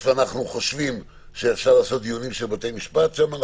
איפה אנחנו חושבים שאפשר לעשות דיונים של בתי משפט שם.